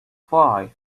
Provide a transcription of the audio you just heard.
five